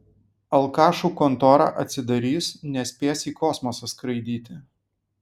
alkašų kontora atsidarys nespės į kosmosą skraidyti